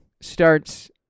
starts